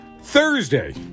Thursday